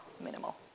minimal